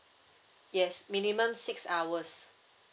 yes minimum six hours